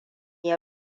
ya